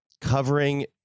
covering